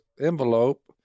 envelope